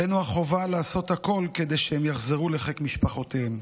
עלינו החובה לעשות הכול כדי שהם יחזרו לחיק משפחותיהם.